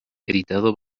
editado